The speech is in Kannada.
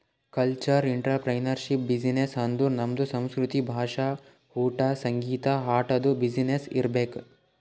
ಕಲ್ಚರಲ್ ಇಂಟ್ರಪ್ರಿನರ್ಶಿಪ್ ಬಿಸಿನ್ನೆಸ್ ಅಂದುರ್ ನಮ್ದು ಸಂಸ್ಕೃತಿ, ಭಾಷಾ, ಊಟಾ, ಸಂಗೀತ, ಆಟದು ಬಿಸಿನ್ನೆಸ್ ಇರ್ಬೇಕ್